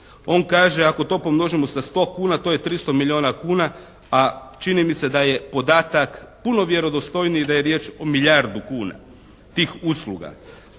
On kaže ako to pomnožimo sa 100 kuna to je 300 milijuna kuna, a čini mi se da je podatak puno vjerodostojniji i da je riječ o milijardu kuna tih usluga.